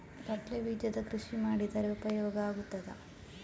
ಕಡ್ಲೆ ಬೀಜದ ಕೃಷಿ ಮಾಡಿದರೆ ಉಪಯೋಗ ಆಗುತ್ತದಾ?